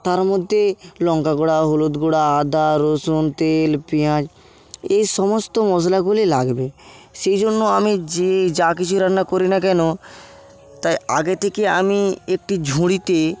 তার মধ্যে লঙ্কা গুঁড়ো হলুদ গুঁড়ো আদা রসুন তেল পিঁয়াজ এই সমস্ত মশলাগুলি লাগবে সেই জন্য আমি যে যা কিছুই রান্না করি না কেন তাই আগে থেকে আমি একটি ঝুড়িতে